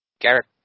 Garrett